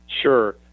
Sure